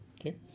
Okay